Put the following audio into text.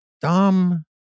dumb